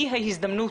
היא ההזדמנות.